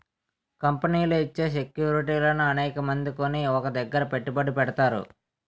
కంపెనీలు ఇచ్చే సెక్యూరిటీలను అనేకమంది కొని ఒక దగ్గర పెట్టుబడి పెడతారు